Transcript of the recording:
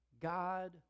God